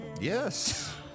Yes